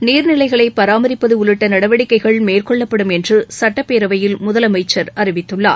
நீர்நிலைகளை பராமரிப்பது உள்ளிட்ட நடவடிக்கைகள் மேற்கொள்ளப்படும் என்று சுட்டப்பேரவையில் முதலமைச்சர் அறிவித்துள்ளார்